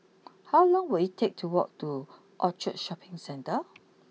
how long will it take to walk to Orchard Shopping Centre